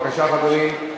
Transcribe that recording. בבקשה, חברים.